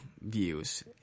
views